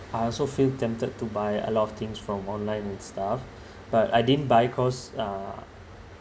I also feel tempted to buy a lot of things from online and stuff but I didn't buy cause uh